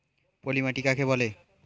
পলি মাটি কাকে বলে?